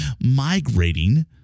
migrating